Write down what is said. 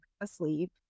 asleep